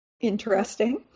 interesting